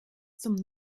zum